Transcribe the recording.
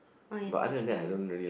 what is this drawing